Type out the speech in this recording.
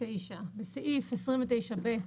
בסעיף 29(ב),